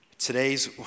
Today's